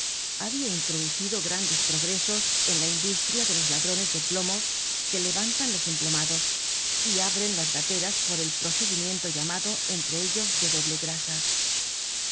habia introducido grandes progresos en la industria de los ladrones de plomos que levantan los emplomados y abren las gateras por el procedimiento llamado entre ellos de doble grasa